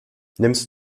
nimmst